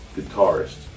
guitarist